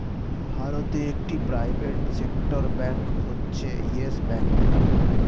ভারতে একটি private sector bank হচ্ছে ইয়েস ব্যাঙ্ক